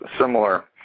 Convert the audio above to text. similar